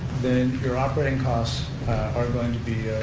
then your operating costs are going to be